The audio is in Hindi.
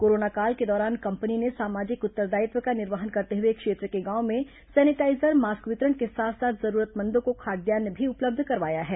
कोरोना काल के दौरान कंपनी ने सामाजिक उत्तरदायित्व का निर्वहन करते हुए क्षेत्र के गांवों में सैनिटाईजर मास्क वितरण के साथ साथ जरूरतमंदों को खाद्यान्न भी उपलब्ध करवाया है